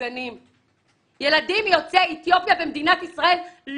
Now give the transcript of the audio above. בכל אופן, יש לנו בעיה עם העיוורון של צבע, דת,